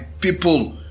people